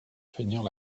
feignant